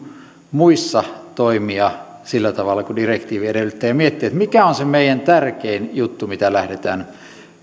muissa toimia sillä tavalla kuin direktiivi edellyttää ja miettiä mikä on se meidän tärkein juttu mitä lähdetään